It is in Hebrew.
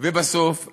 ובסוף,